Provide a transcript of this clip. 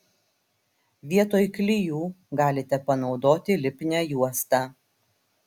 vietoj klijų galite panaudoti lipnią juostą